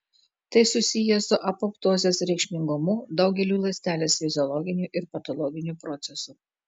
tai susiję su apoptozės reikšmingumu daugeliui ląstelės fiziologinių ir patologinių procesų